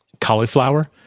cauliflower